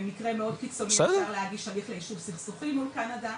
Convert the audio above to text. במקרה מאוד חריג אפשר להגיש בקשה לפתיחת הליך ליישוב סכסוך מול קנדה.